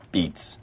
Beats